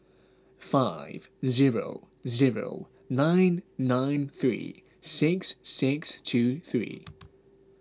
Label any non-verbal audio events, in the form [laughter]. five zero zero nine nine three six six two three [noise]